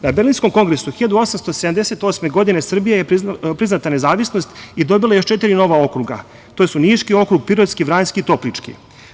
Na Berlinskom kongresu 1878. godine Srbiji je priznata nezavisnost i dobila je još četiri nova okruga, to su Niški okrug, Pirotski, Vranjski i Toplički.